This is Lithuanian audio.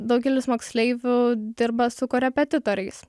daugelis moksleivių dirba su korepetitoriais